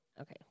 Okay